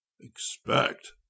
Expect